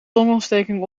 longontsteking